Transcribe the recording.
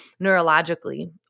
neurologically